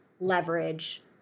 leverage